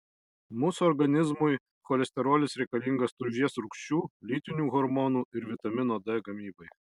mūsų organizmui cholesterolis reikalingas tulžies rūgščių lytinių hormonų ir vitamino d gamybai